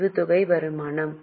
ஈவுத்தொகை வருமானம்